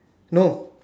no